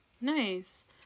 nice